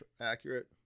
accurate